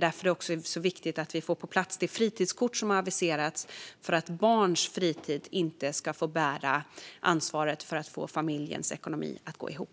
därför det är så viktigt att vi får på plats det fritidskort som har aviserats för att barns fritid inte ska få bära ansvaret för att få familjens ekonomi att gå ihop.